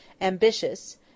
ambitious